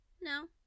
No